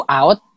out